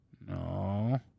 No